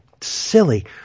silly